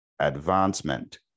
advancement